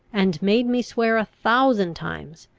and made me swear a thousand times,